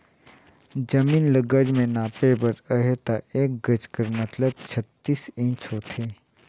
जमीन ल गज में नापे बर अहे ता एक गज कर मतलब छत्तीस इंच होथे